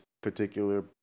particular